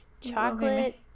chocolate